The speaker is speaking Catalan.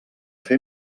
fer